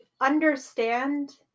understand